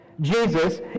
Jesus